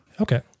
Okay